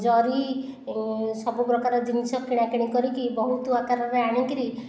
ଜରି ସବୁ ପ୍ରକାର ଜିନିଷ କିଣାକିଣି କରିକି ବହୁତ ଆକାରରେ ଆଣି କରି